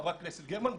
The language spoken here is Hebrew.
חברת הכנסת גרמן.